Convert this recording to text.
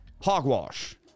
Hogwash